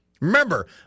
Remember